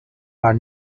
are